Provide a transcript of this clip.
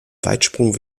weitsprung